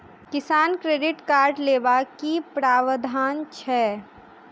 किसान credit card लेबाक की प्रावधान छै?